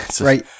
right